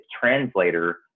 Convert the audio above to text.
translator